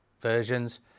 versions